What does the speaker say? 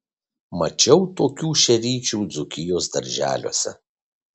mačiau tokių šeryčių dzūkijos darželiuose